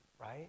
right